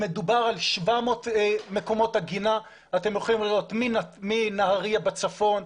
מדובר על 700 מקומות עגינה ואתם יכולים לראות מנהריה בצפון,